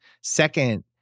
Second